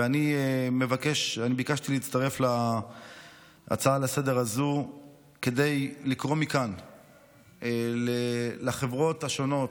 ואני ביקשתי להצטרף להצעה לסדר-היום הזו כדי לקרוא מכאן לחברות השונות,